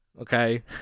Okay